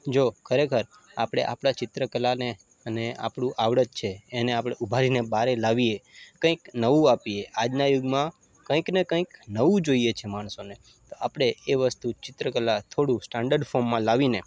જો ખરેખર આપણે આપણા ચિત્રકલાને અને આપણી આવડત છે એને આપણે ઉભારીને બહારે લાવીએ કંઈક નવું આપીએ આજના યુગમાં કંઈકને કંઈક નવું જોઈએ છીએ માણસોને તો આપણે એ વસ્તુ ચિત્રકલા થોડું સ્ટાન્ડર્ડ ફોર્મમાં લાવીને